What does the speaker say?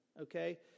Okay